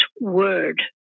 word